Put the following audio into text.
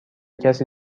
کسی